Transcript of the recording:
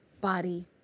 body